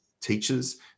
teachers